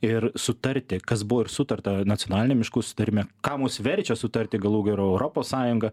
ir sutarti kas buvo ir sutarta nacionaliniam miškų susitarime ką mus verčia sutarti galų gale europos sąjunga